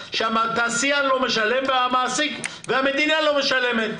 כשהתעשיין לא משלם והמדינה לא משלמת.